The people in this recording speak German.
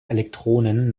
elektronen